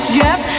yes